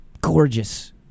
gorgeous